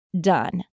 done